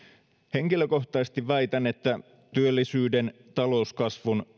henkilökohtaisesti väitän että työllisyyden talouskasvun